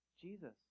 Jesus